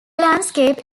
landscape